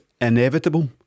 inevitable